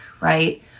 right